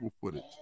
footage